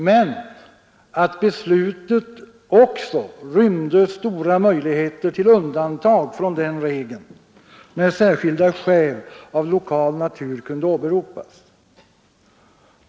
Men beslutet rymde även stora möjligheter till undantag från den regeln, när särskilda skäl av lokal natur kunde åberopas.